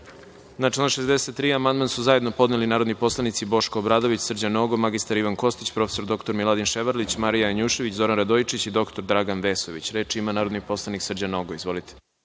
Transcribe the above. član 63. amandman su zajedno podneli narodni poslanici Boško Obradović, Srđan Nogo, mr Ivan Kostić, prof. dr Miladin Ševarlić, Marija Janjušević, Zoran Radojičić i dr Dragan Vesović. Reč ima narodni poslanik Srđan Nogo. Izvolite.